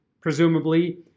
presumably